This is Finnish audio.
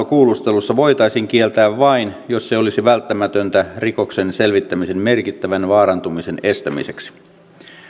kuulustelussa voitaisiin kieltää vain jos se olisi välttämätöntä rikoksen selvittämisen merkittävän vaarantumisen estämiseksi